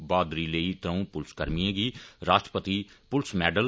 बहादुरी लेई त्रौ'ऊं पुलसकर्मिएं गी राश्ट्रपति पुलस मैडल